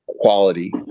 quality